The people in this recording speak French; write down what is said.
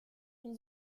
une